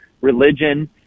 religion